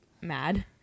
mad